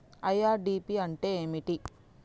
IRDP అంటే ఏమిటి?